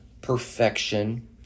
perfection